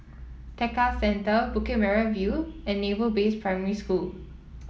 Tekka Centre Bukit Merah View and Naval Base Primary School